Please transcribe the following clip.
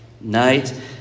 night